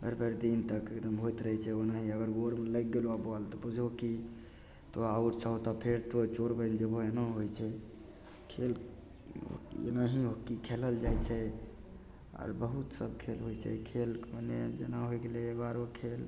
भरि भरि दिन तक एकदम होइत रहै छै ओनाहिए अगर गोलमे लागि गेलहु बॉल तऽ बुझहो कि तोँ आउट छहौ तऽ फेर तोँ चोर बनि जयबहो एना होइ छै खेल एना ही हॉकी खेलल जाइ छै आर बहुत सभ खेल होइ छै खेल पहिने जेना होय गेलै एगो आरो खेल